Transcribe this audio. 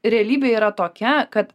realybė yra tokia kad